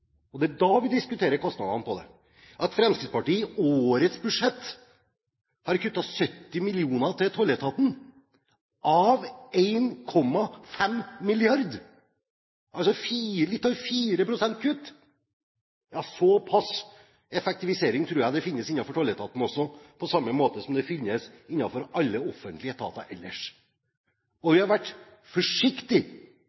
og det er da vi diskuterer kostnadene ved det. At Fremskrittspartiet i årets budsjett har kuttet 70 mill. kr til tolletaten av 1,5 mrd. kr – altså litt over 4 pst. kutt – såpass effektivisering tror jeg det finnes innenfor tolletaten, på samme måte som det finnes innenfor alle offentlige etater ellers. Og